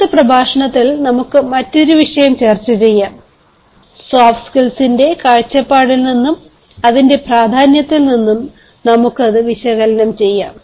അടുത്ത പ്രഭാഷണത്തിൽ നമുക്ക് മറ്റൊരു വിഷയം ചർച്ച ചെയ്യാം സോഫ്റ്റ് സ്കിൽസിന്റെ കാഴ്ചപ്പാടിൽ നിന്നും അതിന്റെ പ്രാധാന്യത്തിൽ നിന്നും നമുക്ക് അത് വിശകലനം ചെയ്യാം